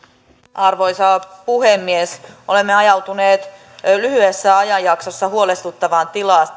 arvoisa puhemies olemme ajautuneet lyhyessä ajanjaksossa huolestuttavaan